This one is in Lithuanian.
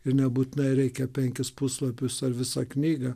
ir nebūtinai reikia penkis puslapius ar visą knygą